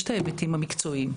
יש את ההיבטים המקצועיים,